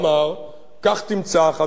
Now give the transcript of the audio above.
כך תמצא, חבר הכנסת חנין,